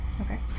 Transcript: Okay